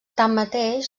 tanmateix